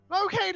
Okay